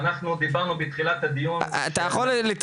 אנחנו דיברנו בתחילת הדיון --- על איזה מחסומים דיברת?